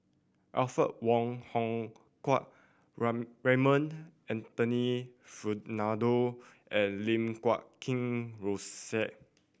Alfred Wong Hong Kwok Raymond Anthony Fernando and Lim Guat Kheng Rosie